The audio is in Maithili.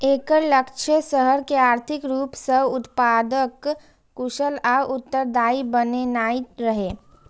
एकर लक्ष्य शहर कें आर्थिक रूप सं उत्पादक, कुशल आ उत्तरदायी बनेनाइ रहै